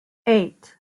eight